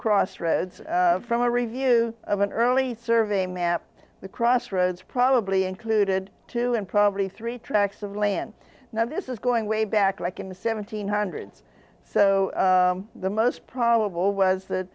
crossroads from a review of an early survey map the crossroads probably included two and probably three tracks of land now this is going way back like in the seventeen hundreds so the most probable was th